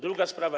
Druga sprawa.